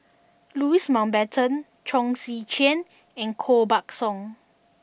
Louis Mountbatten Chong Tze Chien and Koh Buck Song